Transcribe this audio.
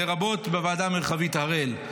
לרבות בוועדה המרחבית הראל.